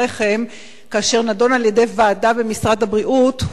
הרחם נדון על-ידי ועדה במשרד הבריאות,